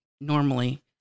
normally